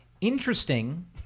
Interesting